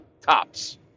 tops